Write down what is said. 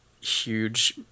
huge